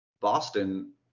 Boston